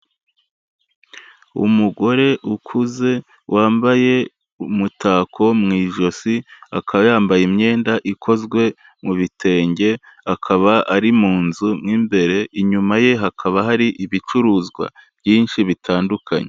Umugore ukuze wambaye umutako mu ijosi, akaba yambaye imyenda ikozwe mu bitenge, akaba ari mu nzu mo imbere, inyuma ye hakaba hari ibicuruzwa byinshi bitandukanye.